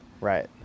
right